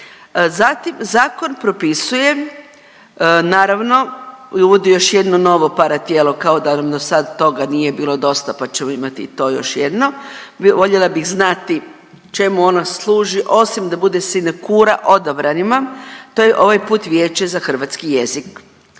Zatim, zakon propisuje naravno uvodi još jedno novo paratijelo kao da nam dosada toga nije bilo dosta, pa ćemo imati to još jedno. Voljela bih znati čemu ono služi osim da bude sinekura odabranima, to je ovaj puta Vijeće za hrvatski jezik.